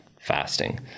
fasting